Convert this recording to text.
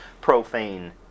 profane